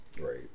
right